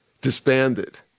disbanded